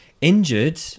injured